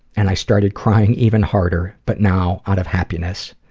and i started crying even harder, but now, out of happiness.